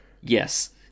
yes